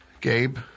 Gabe